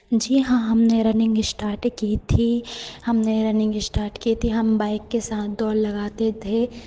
जी हाँ हमने running start की थी हमने रनिंग स्टार्ट की थी हम बाइक के साथ दौड़ लगाते थे